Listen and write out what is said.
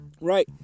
right